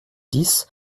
dix